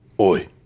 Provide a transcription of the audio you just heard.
Oi